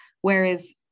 whereas